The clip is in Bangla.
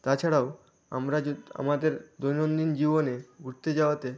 তাছাড়াও আমরা য আমাদের দৈনন্দিন জীবনে ঘুরতে যাওয়াতে